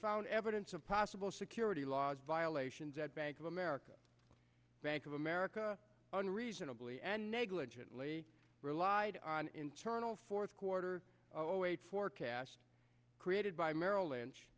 found evidence of possible security laws violations at bank of america bank of america unreasonably and negligently relied on internal fourth quarter oh wait for cash created by merrill lynch